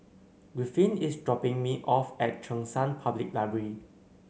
Rriffin is dropping me off at Cheng San Public Library